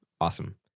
Awesome